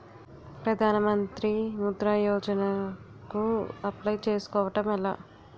ప్రధాన మంత్రి ముద్రా యోజన కు అప్లయ్ చేసుకోవటం ఎలా?